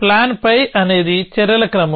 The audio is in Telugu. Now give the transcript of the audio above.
ప్లాన్ పై అనేది చర్యల క్రమం